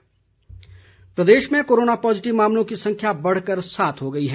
DC Hamirpur प्रदेश में corona positive मामलों की संख्या बढ़कर सात हो गई है